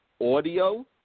audio